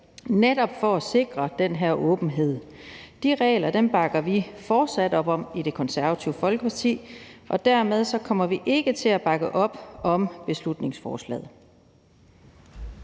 netop for at sikre den her åbenhed. De regler bakker vi fortsat op om i Det Konservative Folkeparti, og dermed kommer vi ikke til at bakke op om beslutningsforslaget.